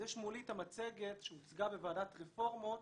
יש מולי את המצגת שהוצגה בוועדת רפורמות